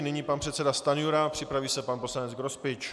Nyní pan předseda Stanjura, připraví se pan poslanec Grospič.